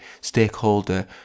stakeholder